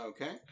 Okay